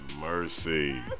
mercy